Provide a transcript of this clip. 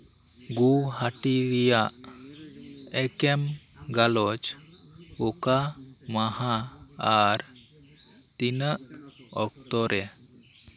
ᱜᱩᱦᱟᱴᱤ ᱨᱮᱭᱟᱜ ᱮᱠᱮᱱᱢ ᱜᱟᱞᱚᱪ ᱚᱠᱟ ᱢᱟᱦᱟ ᱟᱨ ᱛᱤᱱᱟᱹᱜ ᱚᱠᱛᱚ ᱨᱮ